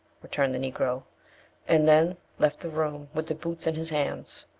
returned the negro and then left the room with the boots in his hands.